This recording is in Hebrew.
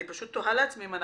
אני פשוט תוהה אם אנחנו